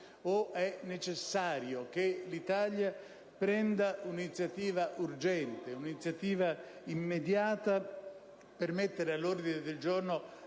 o è necessario che l'Italia prenda un'iniziativa urgente ed immediata per mettere all'ordine del giorno